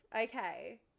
Okay